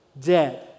Dead